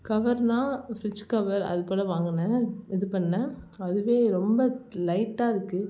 கவர்னால் fridge cover அதுப்போல் வாங்கினேன் இது பண்ணேன் அதுவே ரொம்ப லைட்டாக இருக்குது